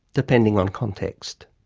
depending on context.